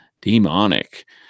Demonic